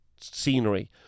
scenery